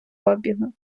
обігу